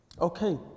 Okay